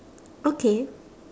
okay